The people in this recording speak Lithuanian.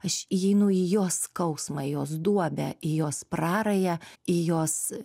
aš įeinu į jos skausmą jos duobę į jos prarają į jos